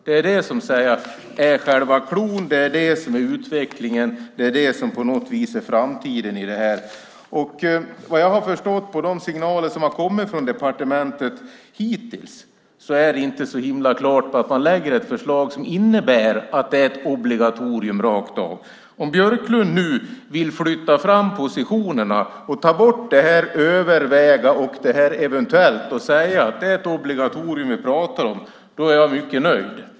Det är själva cloun, det är det som är utvecklingen, det är det som på något vis är framtiden i detta. Vad jag har förstått av de signaler som har kommit från departementet hittills är det inte så himla klart att man lägger fram ett förslag som innebär att det är ett obligatorium rakt av. Om Björklund nu vill flytta fram positionerna och ta bort "överväga" och "eventuellt" och säga att det är ett obligatorium vi pratar om, då är jag mycket nöjd.